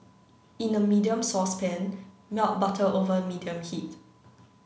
in a medium saucepan melt butter over medium heat